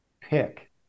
pick